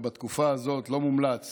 בתקופה הזאת לא מומלץ